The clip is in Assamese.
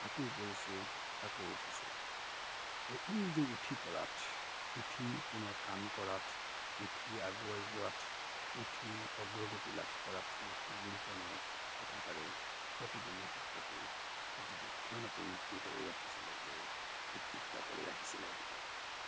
আকৌ পৰিছোঁ আকৌ উঠিছোঁ আৰু ই যে উঠি পৰাত উঠি পুনৰ কাম কৰাত উঠি আগুৱাই যোৱাত উঠি অগ্ৰগতি লাভ কৰাত মোক সেই মিল্টনৰ কথাষাৰে প্ৰতিটো মুহূৰ্ততেই প্ৰতিটো ক্ষণতেই মোক কি কৰি ৰাখিছিলে যে উদ্দীপ্ত কৰি ৰাখিছিলে